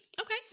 okay